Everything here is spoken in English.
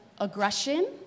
aggression